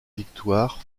victoire